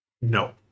No